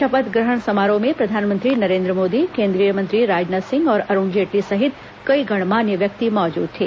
शपथ ग्रहण समारोह में प्रधानमंत्री नरेन्द्र मोदी केन्द्रीय मंत्री राजनाथ सिंह और अरूण जेटली सहित कई गणमान्य व्यक्ति मौजूद थे